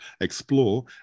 explore